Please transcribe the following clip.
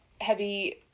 heavy